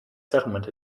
settlement